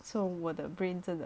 so 我的 brain 真的